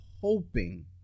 hoping